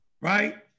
right